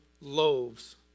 loaves